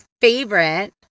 favorite